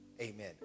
amen